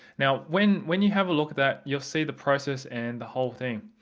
now when when you have a look at that, you'll see the process and the whole thing.